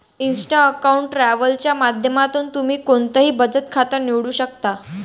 Insta account travel च्या माध्यमातून तुम्ही कोणतंही बचत खातं निवडू शकता